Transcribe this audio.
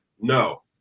No